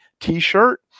t-shirt